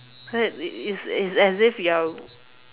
cause is is as if you're